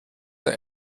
der